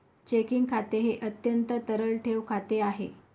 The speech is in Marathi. चेकिंग खाते हे अत्यंत तरल ठेव खाते आहे